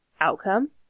outcome